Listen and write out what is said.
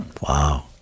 Wow